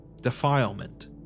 defilement